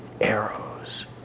arrows